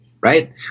right